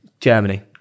Germany